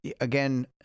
again